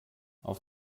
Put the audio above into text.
auf